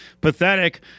pathetic